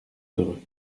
heureux